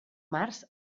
març